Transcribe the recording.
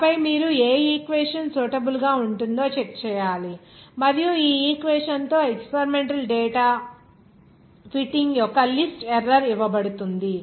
ఆపై మీరు ఏ ఈక్వేషన్ సూటబుల్ గా ఉంటుందో చెక్ చేయాలి మరియు ఈ ఈక్వేషన్ తో ఆ ఎక్స్పెరిమెంటల్ డేటా ఫిట్టింగ్ యొక్క లిస్ట్ ఎర్రర్ ఇవ్వబడుతుంది